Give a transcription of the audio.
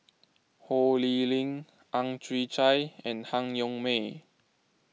Ho Lee Ling Ang Chwee Chai and Han Yong May